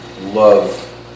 love